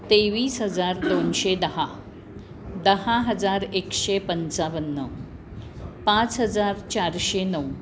तेवीस हजार दोनशे दहा दहा हजार एकशे पंचावन्न पाच हजार चारशे नऊ